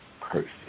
perfect